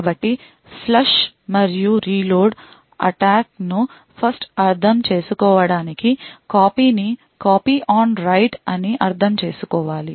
కాబట్టి ఫ్లష్ మరియు reload attack ను 1st అర్థం చేసుకోవడానికి కాపీని కాపీ ఆన్ రైట్ అని అర్ధం చేసుకోవాలి